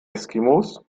eskimos